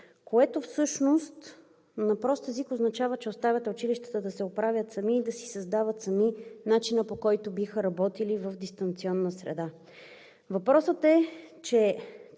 което всъщност на прост език означава, че оставяте училищата да се оправят сами и да си създават сами начина, по който биха работили в дистанционна среда. Въпросът е,